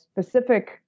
specific